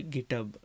GitHub